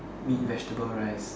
meat vegetable rice